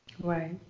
right